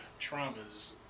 traumas